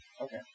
okay